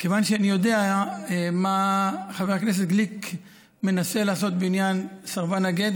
כיוון שאני יודע מה חבר הכנסת גליק מנסה לעשות בעניין סרבן הגט,